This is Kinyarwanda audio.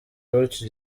bityo